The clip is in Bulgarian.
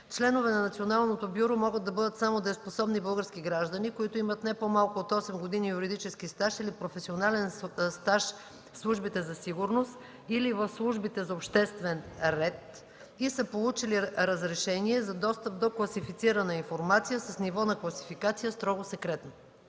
„Членове на Националното бюро могат да бъдат само дееспособни български граждани, които имат не по-малко от 8 години юридически стаж или професионален стаж в службите за сигурност, или в службите за обществен ред и са получили разрешение за достъп до класифицирана информация с ниво на класификация „Строго секретно”.”